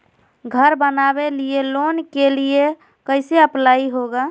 घर बनावे लिय लोन के लिए कैसे अप्लाई होगा?